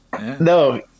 No